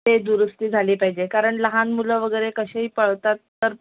ते दुरुस्ती झाली पाहिजे कारण लहान मुलं वगैरे कसेही पळतात तर